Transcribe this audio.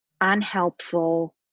unhelpful